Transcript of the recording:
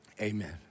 amen